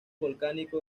volcánico